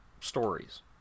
stories